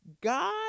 God